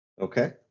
Okay